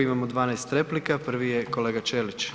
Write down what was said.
Imamo 12 replika, prvi je kolega Ćelić.